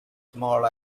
small